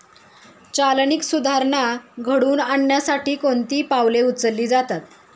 चालनीक सुधारणा घडवून आणण्यासाठी कोणती पावले उचलली जातात?